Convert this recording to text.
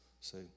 Say